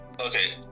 Okay